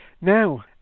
now